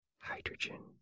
Hydrogen